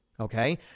Okay